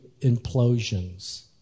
implosions